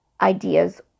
ideas